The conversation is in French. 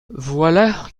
voilà